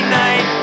night